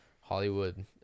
hollywood